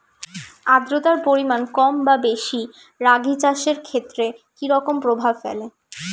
আদ্রতার পরিমাণ কম বা বেশি রাগী চাষের ক্ষেত্রে কি রকম প্রভাব ফেলে?